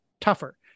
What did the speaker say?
tougher